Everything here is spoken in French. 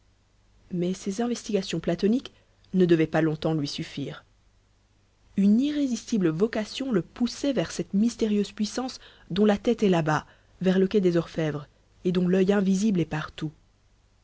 mais ces investigations platoniques ne devaient pas longtemps lui suffire une irrésistible vocation le poussait vers cette mystérieuse puissance dont la tête est là-bas vers le quai des orfèvres et dont l'œil invisible est partout